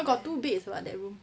got two beds [what] that room